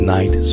Night